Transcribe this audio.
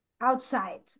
outside